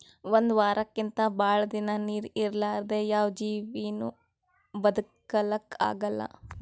ಒಂದ್ ವಾರಕ್ಕಿಂತ್ ಭಾಳ್ ದಿನಾ ನೀರ್ ಇರಲಾರ್ದೆ ಯಾವ್ ಜೀವಿನೂ ಬದಕಲಕ್ಕ್ ಆಗಲ್ಲಾ